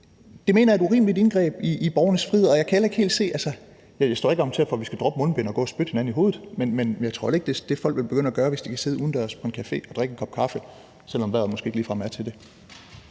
Det mener jeg er et urimeligt indgreb i borgernes frihed. Jeg står ikke og argumenterer for, at vi skal droppe mundbind og gå og spytte hinanden i hovedet, men jeg tror heller ikke, det er det, folk vil begynde at gøre, hvis de kan sidde udendørs på en café og drikke en kop kaffe, selv om vejret måske ikke ligefrem er til det.